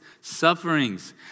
sufferings